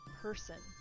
person